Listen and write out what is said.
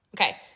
Okay